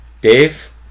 dave